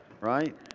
Right